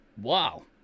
Wow